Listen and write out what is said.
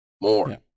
more